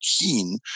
keen